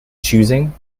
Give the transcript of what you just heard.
choosing